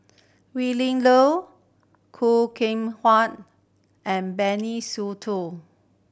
Willin Low Khoo Kay and Benny